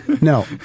no